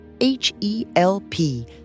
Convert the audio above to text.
H-E-L-P